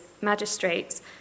magistrates